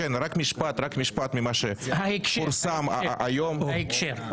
כן, רק משפט ממה שפורסם היום --- ההקשר.